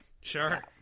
Sure